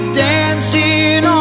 dancing